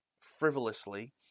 frivolously